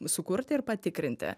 sukurti ir patikrinti